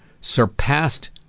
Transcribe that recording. surpassed